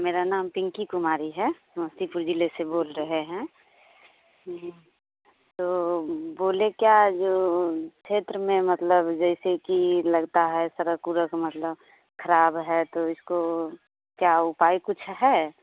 मेरा नाम पिंकी कुमारी है समस्तीपुर ज़िले से बोल रहे हैं तो बोलें क्या जो क्षेत्र में मतलब जैसे कि लगता है सड़क उड़क मतलब ख़राब है तो इसको क्या उपाय कुछ है